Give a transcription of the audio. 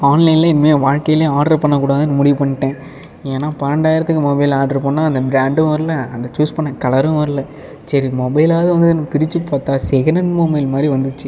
ஆன்லைனில் இனிமேல் என் வாழ்க்கையில் ஆர்டர் பண்ணக் கூடாதுன்னு முடிவு பண்ணிட்டேன் ஏன்னால் பன்னெண்டாயிரத்துக்கு மொபைல் ஆர்டர் பண்ணுணா அந்த பிராண்டும் வரல அந்த சூஸ் பண்ணுண கலரும் வரல சரி மொபைலாவது வந்ததேன்னு பிரிச்சு பார்த்தா செகண்டண்ட் மொபைல் மாதிரி வந்துச்சு